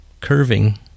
curving